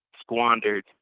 squandered